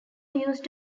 used